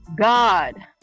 God